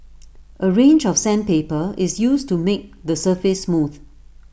A range of sandpaper is used to make the surface smooth